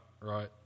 right